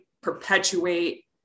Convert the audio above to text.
perpetuate